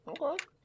Okay